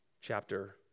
chapter